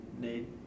need